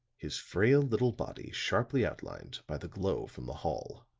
his frail little body sharply outlined by the glow from the hall.